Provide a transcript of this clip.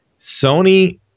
Sony